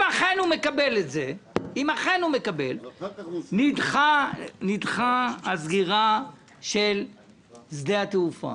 אם אכן הוא מקבל את זה נדחית הסגירה של שדה התעופה